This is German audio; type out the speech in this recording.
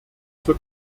zur